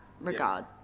regard